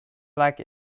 black